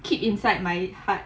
keep inside my heart